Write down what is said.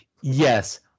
yes